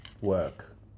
work